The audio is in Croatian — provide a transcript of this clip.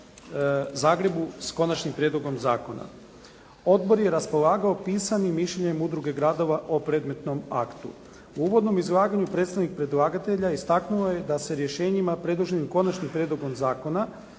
Zagrebu s Konačnim prijedlogom Zakona. Odbor je raspolagao pisanim mišljenjem udruge gradova o predmetnom aktu. U uvodnom izlaganju predstavnik predlagatelja istaknuo je da se rješenjima predloženim konačnim prijedlogom zakona